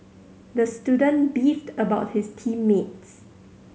the student beefed about his team mates